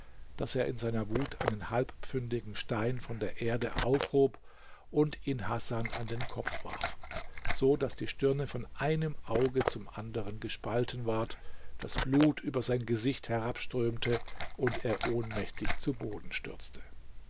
daß er in seiner wut einen halbpfündigen stein von der erde aufhob und ihn hasan an den kopf warf so daß die stirne von einem auge zum anderen gespalten ward das blut über sein gesicht herabströmte und er ohnmächtig zu boden stürzte